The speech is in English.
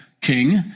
king